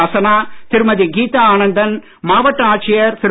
அசானா திருமதி கீதா ஆனந்தன் மாவட்ட ஆட்சியர் திரு